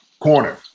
corner